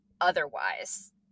otherwise